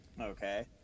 Okay